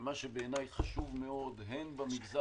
מה שבעיני חשוב מאוד זה שהוא מגיע